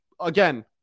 again